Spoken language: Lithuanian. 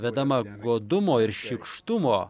vedama godumo ir šykštumo